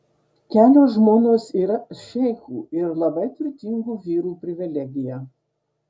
kelios žmonos yra šeichų ir labai turtingų vyrų privilegija